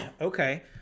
Okay